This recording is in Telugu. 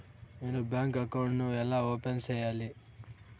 నేను బ్యాంకు అకౌంట్ ను ఎలా ఓపెన్ సేయాలి?